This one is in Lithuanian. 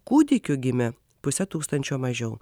kūdikių gimė puse tūkstančio mažiau